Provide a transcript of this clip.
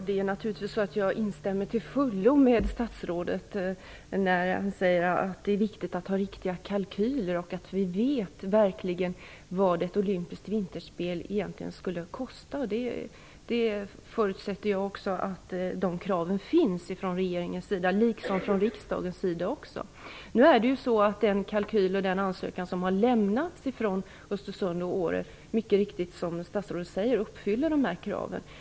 Fru talman! Jag instämmer naturligtvis till fullo med statsrådet när han säger att det är viktigt att ha riktiga kalkyler och att vi verkligen vet vad ett olympiskt vinterspel egentligen skulle kosta. Jag förutsätter också att de kraven ställs från regeringens och riksdagens sida. Den kalkyl som har lämnats från Östersund och Åre uppfyller, som statsrådet mycket riktigt säger, dessa krav.